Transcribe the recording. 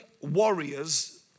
warriors